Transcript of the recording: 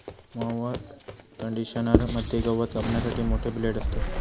mower conditioner मध्ये गवत कापण्यासाठी मोठे ब्लेड असतत